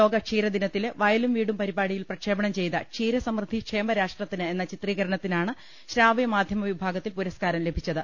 ലോക ക്ഷീ ര ദിനത്തിലെ വയലുംവീടും പരിപാടിയിൽ പ്രക്ഷേപണം ചെയ്ത ക്ഷീര സമൃദ്ധി ക്ഷേമരാഷ്ട്രത്തിന് എന്ന ചിത്രീകരണത്തിനാണ് ശ്രവ്യമാധ്യമ വിഭാഗത്തിൽ പുരസ്കാരം ലഭിച്ചത്